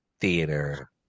Theater